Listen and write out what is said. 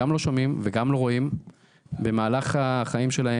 שדה הראייה שלהם הולך ומצטמצם במהלך חייהם,